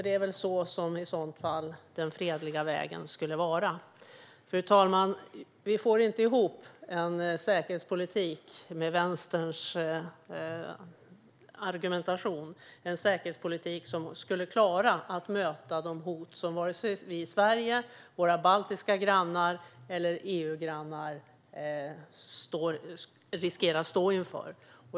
Det är väl i så fall så som den fredliga vägen skulle vara. Fru talman! Vi får med Vänsterns argumentation inte ihop en säkerhetspolitik som skulle klara att möta de hot som vi i Sverige, våra baltiska grannar eller EU-grannar riskerar att stå inför.